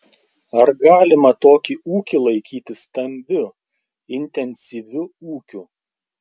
ar galima tokį ūkį laikyti stambiu intensyviu ūkiu